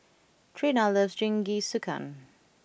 Treena loves Jingisukan